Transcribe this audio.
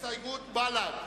הסתייגות בל"ד,